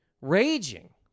raging